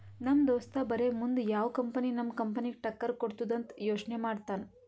ನಮ್ ದೋಸ್ತ ಬರೇ ಮುಂದ್ ಯಾವ್ ಕಂಪನಿ ನಮ್ ಕಂಪನಿಗ್ ಟಕ್ಕರ್ ಕೊಡ್ತುದ್ ಅಂತ್ ಯೋಚ್ನೆ ಮಾಡ್ತಾನ್